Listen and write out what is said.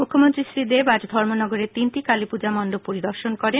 মুখ্যমন্ত্রী শ্রীদেব আজ ধর্মনগরের তিনটি কালীপূজা মন্ডব পরিদর্শন করেন